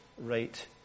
right